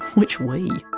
which we?